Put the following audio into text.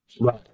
Right